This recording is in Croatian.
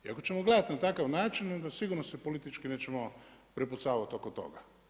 I ako ćemo gledati na takav način onda sigurno se politički nećemo prepucavati oko toga.